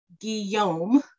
Guillaume